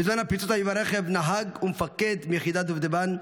בזמן הפיצוץ היו ברכב נהג ומפקד מיחידת דובדבן,